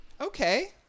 Okay